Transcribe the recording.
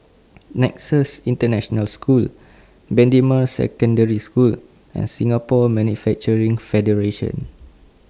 Nexus International School Bendemeer Secondary School and Singapore Manufacturing Federation